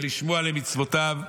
ולשמוע למצוותיו.